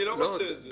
אני לא רוצה את זה.